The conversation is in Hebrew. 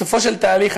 בסופו של תהליך,